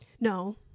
No